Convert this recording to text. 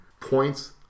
points